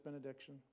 benediction